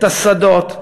את השדות,